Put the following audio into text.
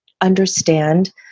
understand